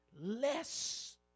Less